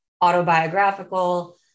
autobiographical